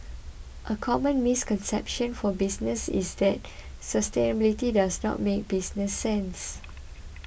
a common misconception for business is that sustainability does not make business sense